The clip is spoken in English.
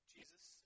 Jesus